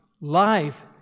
life